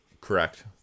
correct